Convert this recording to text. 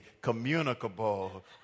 communicable